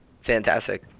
Fantastic